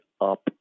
up